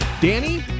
Danny